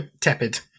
tepid